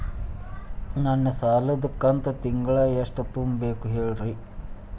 ನನ್ನ ಸಾಲದ ಕಂತು ತಿಂಗಳ ಎಷ್ಟ ತುಂಬಬೇಕು ಹೇಳ್ರಿ?